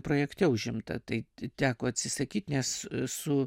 projekte užimta tai teko atsisakyt nes su